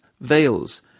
veils